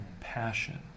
Passion